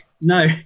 no